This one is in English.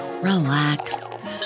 relax